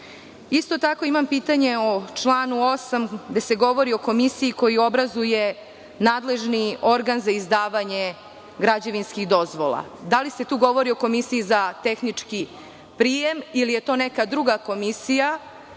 tako, imam pitanje u članu 8, gde se govori o komisiji koju obrazuje nadležni organ za izdavanje građevinskih dozvola. Da li se tu govori o komisiji za tehnički prijem ili je to neka druga komisija?